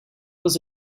was